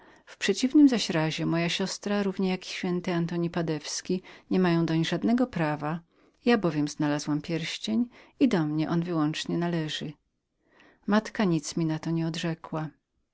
w przeciwnym zaś razie moja siostra równie jak ś antoni padewski niemają doń żadnego prawa ja bowiem znalazłam pierścień i do mnie on wyłącznie należy moja matka nic mi na to nie odrzekła